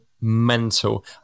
mental